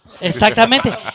exactamente